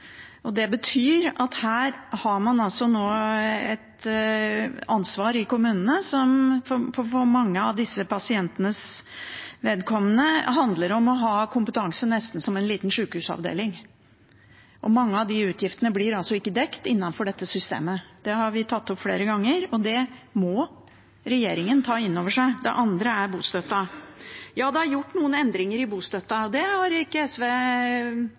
døde. Det betyr at man nå har et ansvar i kommunene som for mange av disse pasientenes vedkommende handler om å ha kompetanse nesten som en liten sykehusavdeling. Mange av disse utgiftene blir ikke dekket innenfor dette systemet. Det har vi tatt opp flere ganger, og det må regjeringen ta inn over seg. Det andre er bostøtten. Ja, det er gjort noen endringer i bostøtten. Det har ikke SV